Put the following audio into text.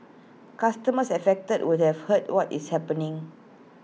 customers affected would have heard what is happening